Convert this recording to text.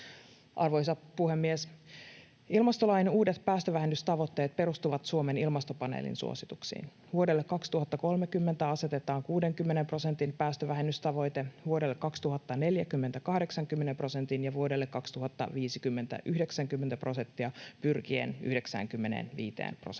Arvoisa puhemies! Ilmastolain uudet päästövähennystavoitteet perustuvat Suomen ilmastopaneelin suosituksiin. Vuodelle 2030 asetetaan 60 prosentin päästövähennystavoite, vuodelle 2040 puolestaan 80 prosentin ja vuodelle 2050 taas 90 prosentin tavoite pyrkien 95 prosenttiin.